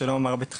שלא אומר בתחינה,